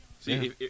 See